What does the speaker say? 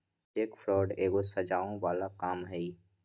cheque fraud एगो सजाओ बला काम हई